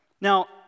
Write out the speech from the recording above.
Now